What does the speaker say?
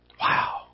Wow